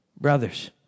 Brothers